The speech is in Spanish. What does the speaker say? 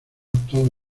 todo